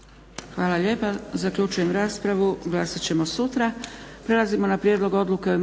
Hvala lijepa. Zaključujem raspravu. Glasat ćemo sutra.